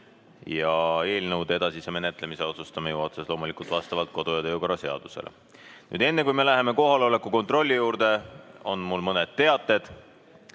Eelnõude edasise menetlemise otsustame juhatuses loomulikult vastavalt kodu‑ ja töökorra seadusele. Enne kui me läheme kohaloleku kontrolli juurde, on mul mõned teated.